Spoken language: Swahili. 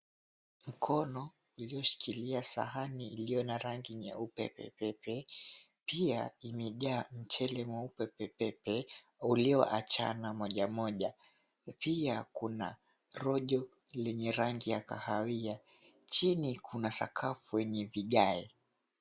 Mkono ilioshikilia sahani iliyo na rangi nyeupe pepepe pia imejaa mchele mweupe pepepe ulioachana moja moja. Pia kuna rojo lenye rangi ya kahawia. Chini kuna sakafu yenye vigae.